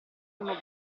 uno